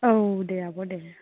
औ दे आब' दे